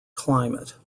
climate